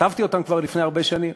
שכתבתי אותם כבר לפני הרבה שנים,